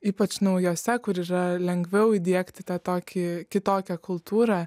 ypač naujose kur yra lengviau įdiegti tokį kitokią kultūrą